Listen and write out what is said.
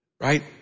Right